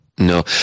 No